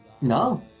No